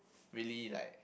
really like